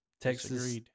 Texas-